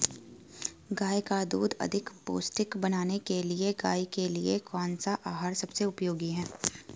गाय का दूध अधिक पौष्टिक बनाने के लिए गाय के लिए कौन सा आहार सबसे उपयोगी है?